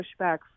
pushback